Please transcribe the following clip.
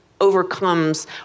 overcomes